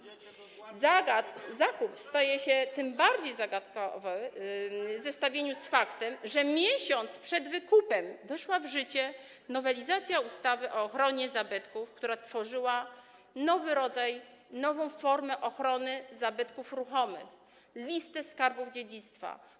Zakup staje się jeszcze bardziej zagadkowy w zestawieniu z faktem, że miesiąc przed wykupem weszła w życie nowelizacja ustawy o ochronie zabytków, która tworzyła nowy rodzaj, nową formę ochrony zabytków ruchomych: listę skarbów dziedzictwa.